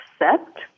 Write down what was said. accept